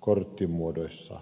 korttimuodossa